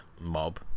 mob